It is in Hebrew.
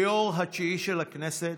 כיושב-ראש התשיעי של הכנסת,